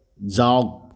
যাওক